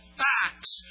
facts